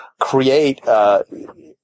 create